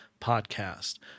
podcast